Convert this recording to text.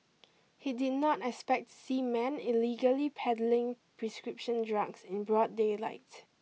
he did not expect see men illegally peddling prescription drugs in broad daylight